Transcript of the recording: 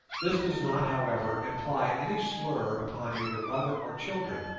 this does not, however, imply any slur upon either mother or children.